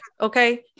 Okay